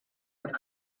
would